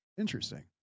Interesting